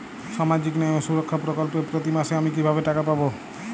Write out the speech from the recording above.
সামাজিক ন্যায় ও সুরক্ষা প্রকল্পে প্রতি মাসে আমি কিভাবে টাকা পাবো?